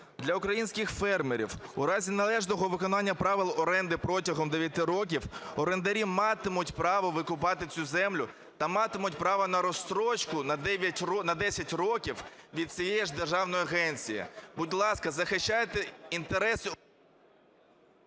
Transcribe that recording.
Для українських фермерів у разі належного виконання правил оренди протягом 9 років орендарі матимуть право викупати цю землю та матимуть право на розстрочку на 10 років від цієї ж державної агенції. Будь ласка, захищайте інтереси…